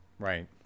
Right